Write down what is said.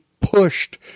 pushed